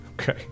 Okay